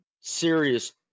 serious